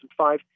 2005